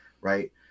right